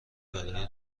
برای